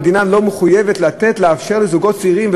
ודאי וודאי שהמדינה לא מחויבת לאפשר לזוגות צעירים,